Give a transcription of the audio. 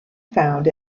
found